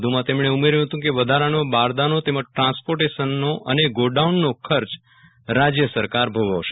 વધુમાં તેમણે ઉમેર્યું હતું કે વધારાનો બારદાનો તેમજ ટ્રાન્સ્પોટેશનનો અને ગોડાઉનનો ખર્ચ રાજ્ય સરકાર ભોગવશે